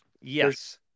Yes